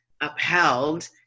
upheld